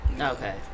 Okay